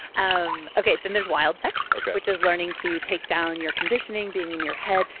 um okay, then there's wild sex. okay. which is learning to take down your conditioning, being in your head,